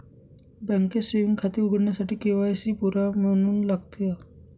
बँकेत सेविंग खाते उघडण्यासाठी के.वाय.सी पुरावा म्हणून लागते का?